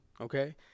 Okay